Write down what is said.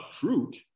fruit